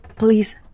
Please